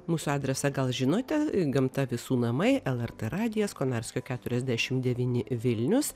mūsų adresą gal žinote gamta visų namai lrt radijas konarskio keturiasdešim devyni vilnius